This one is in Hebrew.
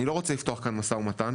אני לא רוצה לפתוח כאן משא ומתן,